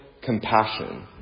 Compassion